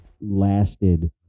lasted